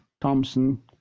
Thompson